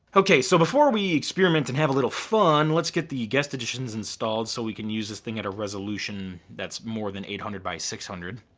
okay, so before we experiment and have a little fun, let's get the guest editions installed so we can use this thing at a resolution that's more than eight hundred by six hundred.